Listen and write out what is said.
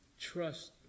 Trust